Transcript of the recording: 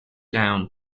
down